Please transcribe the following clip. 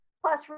plus